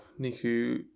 Niku